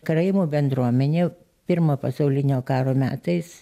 karaimų bendruomenė pirmo pasaulinio karo metais